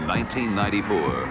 1994